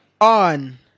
on